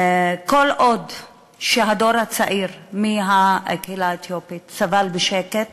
כל עוד הדור הצעיר מהקהילה האתיופית סבל בשקט